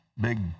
Big